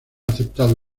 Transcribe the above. aceptado